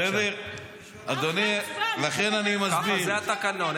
מה אחרי ההצבעה --- שישב כאן ויקשיב.